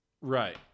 right